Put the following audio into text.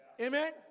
Amen